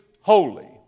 holy